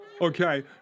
Okay